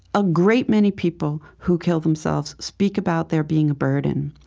a great many people who kill themselves speak about their being a burden.